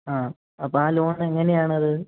ആ അപ്പം ലോണെങ്ങനെയാണത്